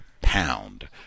pound